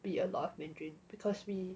if a lot of mandarin because we